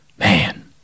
Man